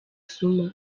zuma